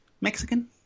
Mexican